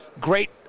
great